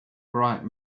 bright